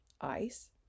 ice